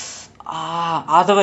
sooraraipotru ah the newest [one]